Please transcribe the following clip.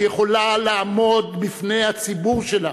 שיכולה לעמוד בפני הציבור שלה,